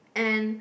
and